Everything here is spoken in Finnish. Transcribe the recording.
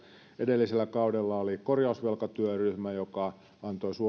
edellisellä kaudella oli korjausvelkatyöryhmä joka antoi